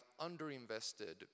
underinvested